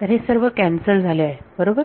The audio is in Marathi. तर हे सर्व कॅन्सल झाले आहे बरोबर